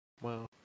Wow